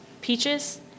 Peaches